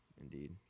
indeed